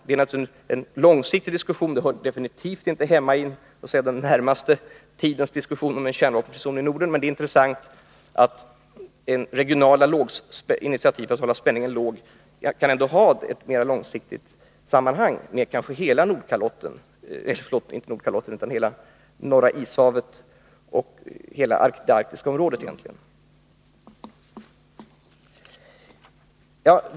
— Detta är naturligtvis enlångsiktig diskussion; den hör definitivt inte hemma i den närmaste tidens diskussioner om en kärnvapenfri zon i Norden. Men det är intressant att regionala initiativ för att hålla spänningen låg också kan ses i ett mer långsiktigt sammanhang, innefattande Norra Ishavet och stora delar av det arktiska området.